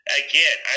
again